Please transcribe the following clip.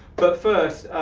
but first,